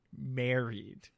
married